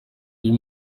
uyu